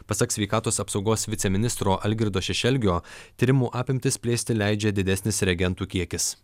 pasak sveikatos apsaugos viceministro algirdo šešelgio tyrimų apimtis plėsti leidžia didesnis reagentų kiekis